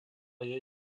jej